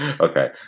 Okay